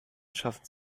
schafften